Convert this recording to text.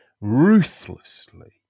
ruthlessly